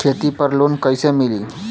खेती पर लोन कईसे मिली?